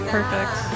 Perfect